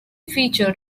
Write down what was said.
featured